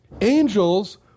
Angels